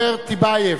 טיבייב,